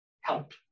help